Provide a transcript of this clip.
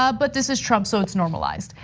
ah but this is trump, so it's normalized.